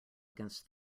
against